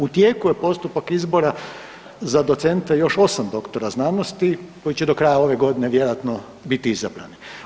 U tijeku je postupak izbora za docente još 8 doktora znanosti koji će do kraja ove godine vjerojatno biti izabrani.